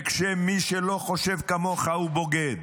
מי שלא חושב כמוך הוא בוגד,